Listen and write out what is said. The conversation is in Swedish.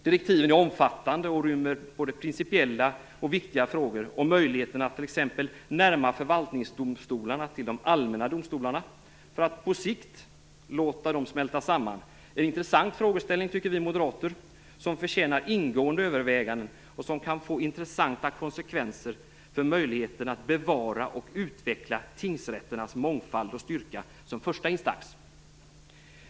Direktiven är omfattande och rymmer både principiella och viktiga frågor om möjligheten att t.ex. närma förvaltningsdomstolarna till de allmänna domstolarna för att på sikt låta dem smälta samman. Det är en intressant frågeställning, tycker vi moderater, som förtjänar ingående överväganden och som kan få intressanta konsekvenser för möjligheten att bevara och utveckla tingsrätternas mångfald och styrka som första instans.